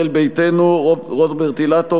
ישראל ביתנו: רוברט אילטוב,